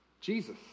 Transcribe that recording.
Jesus